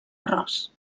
arròs